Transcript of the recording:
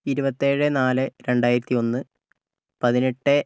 ഇരുപത്തേഴ് നാല് രണ്ടായിരത്തി ഒന്ന് പതിനെട്ട്